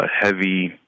heavy